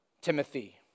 Timothy